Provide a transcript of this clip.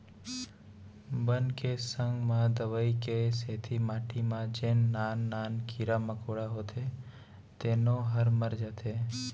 बन के संग म दवई के सेती माटी म जेन नान नान कीरा मकोड़ा होथे तेनो ह मर जाथें